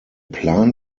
plan